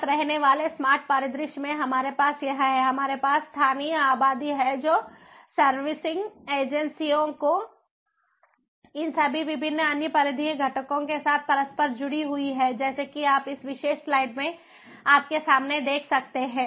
एक साथ रहने वाले स्मार्ट परिदृश्य में हमारे पास यह है हमारे पास स्थानीय आबादी है जो सर्विसिंग एजेंसियों को इन सभी विभिन्न अन्य परिधीय घटकों के साथ परस्पर जुड़ी हुई है जैसा कि आप इस विशेष स्लाइड में आपके सामने देख सकते हैं